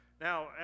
Now